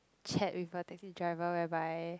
chat with a taxi driver whereby